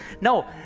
No